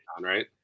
right